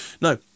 No